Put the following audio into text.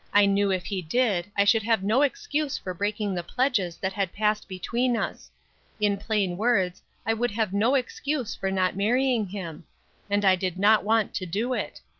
i knew if he did i should have no excuse for breaking the pledges that had passed between us in plain words, i would have no excuse for not marrying him and i did not want to do it!